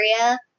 area